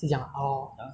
是这样 oh